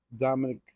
Dominic